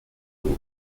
aux